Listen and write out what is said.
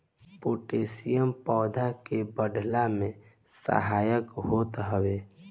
potassium पौधन के बढ़ला में सहायक होत हवे